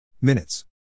Minutes